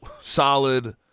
solid